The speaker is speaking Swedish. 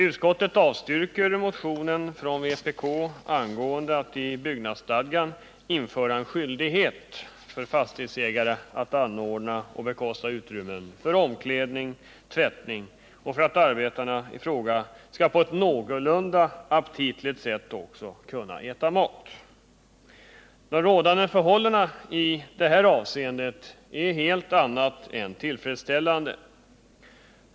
Utskottet avstyrker motionen från vpk om att i byggnadsstadgan införa skyldighet för fastighetsägare att anordna och bekosta utrymmen för omklädning och tvättning och för att arbetarna i fråga skall på ett någorlunda aptitligt sätt kunna äta mat. De rådande förhållandena i detta avseende är allt annat än tillfredsställande.